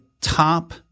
top